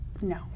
No